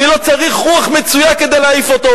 אני לא צריך רוח מצויה כדי להעיף אותו,